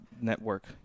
network